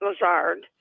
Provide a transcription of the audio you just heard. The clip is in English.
Lazard